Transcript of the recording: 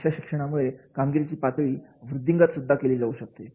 अशा शिक्षणामुळे कामगिरीची पातळी वृद्धिंगत केली जाऊ शकते